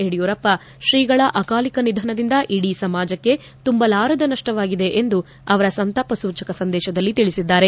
ಯಡಿಯೂರಪ್ಪ ತ್ರೀಗಳ ಅಕಾಲಿಕ ನಿಧನದಿಂದ ಇಡೀ ಸಮಾಜಕ್ಕೆ ತುಂಬಲಾರದ ನಷ್ಷವಾಗಿದೆ ಎಂದು ಅವರ ಸಂತಾಪ ಸೂಚಕ ಸಂದೇಶದಲ್ಲಿ ತಿಳಿಸಿದ್ದಾರೆ